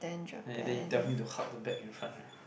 eh then you tell him to hug the bag in front right